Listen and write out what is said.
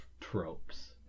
tropes